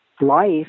life